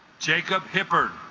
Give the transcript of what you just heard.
jacob hipper